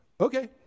Okay